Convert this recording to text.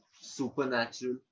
supernatural